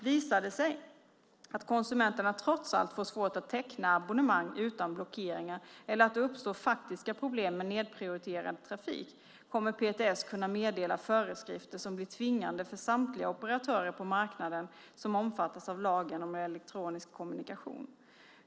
Visar det sig att konsumenterna trots allt får svårt att teckna abonnemang utan blockeringar, eller att det uppstår faktiska problem med nedprioriterad trafik, kommer PTS kunna meddela föreskrifter som blir tvingande för samtliga operatörer på marknaden som omfattas av lagen om elektronisk kommunikation.